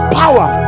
power